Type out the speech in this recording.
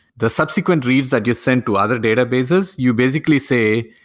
the subsequent reads that you send to other databases, you basically say,